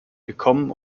gekommen